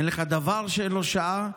אין לך דבר שאין לו שעה,